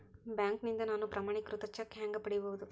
ಬ್ಯಾಂಕ್ನಿಂದ ನಾನು ಪ್ರಮಾಣೇಕೃತ ಚೆಕ್ ಹ್ಯಾಂಗ್ ಪಡಿಬಹುದು?